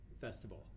festival